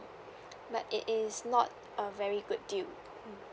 but it is not a very good deal mm